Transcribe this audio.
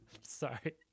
Sorry